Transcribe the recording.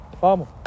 Vamos